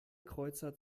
kreuzer